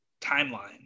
timeline